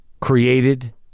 created